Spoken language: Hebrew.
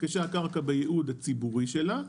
כשהקרקע בייעוד הציבורי שלה.